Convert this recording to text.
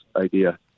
idea